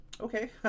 okay